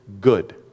good